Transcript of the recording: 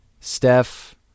Steph